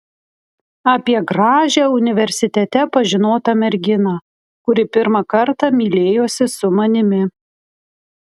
apie gražią universitete pažinotą merginą kuri pirmą kartą mylėjosi su manimi